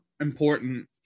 important